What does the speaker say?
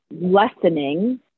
lessening